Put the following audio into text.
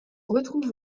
retrouve